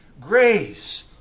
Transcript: grace